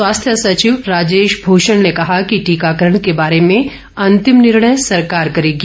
स्वास्थ्य सचिव राजेश भूषण ने कहा कि टीकाकरण के बारे में अंतिम निर्णय सरकार करेगी